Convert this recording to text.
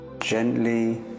gently